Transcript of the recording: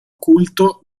culto